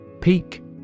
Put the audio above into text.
Peak